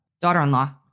daughter-in-law